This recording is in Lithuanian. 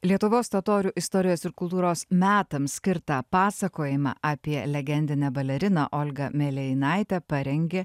lietuvos totorių istorijos ir kultūros metams skirta pasakojimą apie legendinę baleriną olgą melėjinaitę parengė